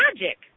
magic